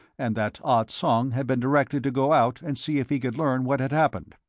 and that ah tsong had been directed to go out and see if he could learn what had happened.